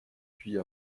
puis